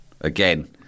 again